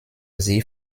sie